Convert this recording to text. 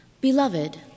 Beloved